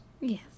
Yes